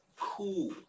Cool